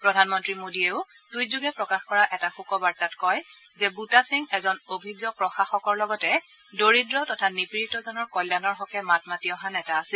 প্ৰধানমন্ত্ৰী মোদীয়েও টুইটযোগে প্ৰকাশ কৰা এটা শোকবাৰ্তাত কয় যে বুটা সিং এজন অভিজ্ঞ প্ৰশাসকৰ লগতে দৰিদ্ৰ তথা নিপীড়িতজনৰ কল্যাণৰ হকে মাত মাতি অহা নেতা আছিল